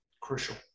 Crucial